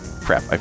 Crap